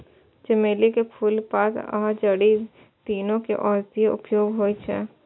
चमेली के फूल, पात आ जड़ि, तीनू के औषधीय उपयोग होइ छै